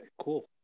Cool